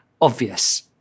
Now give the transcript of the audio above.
obvious